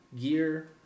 gear